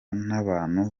n’abantu